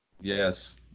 Yes